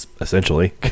essentially